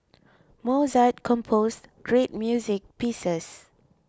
Mozart composed great music pieces